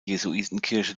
jesuitenkirche